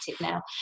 now